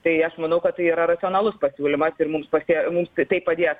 tai aš manau kad tai yra racionalus pasiūlymas ir mums patiem mums tai padėtų